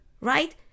right